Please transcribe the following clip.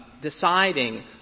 deciding